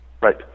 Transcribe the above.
Right